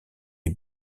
ait